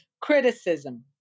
criticism